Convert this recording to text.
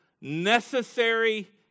necessary